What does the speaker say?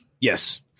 Yes